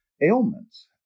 ailments